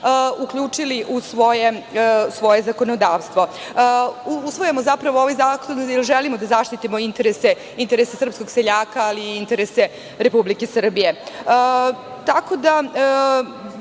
uključili u svoje zakonodavstvo. Usvajamo zapravo ovaj zakon, jer želimo da zaštitimo interese srpskog seljaka, ali i interese Republike Srbije. Tako